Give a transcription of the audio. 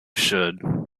should